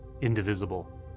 indivisible